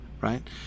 right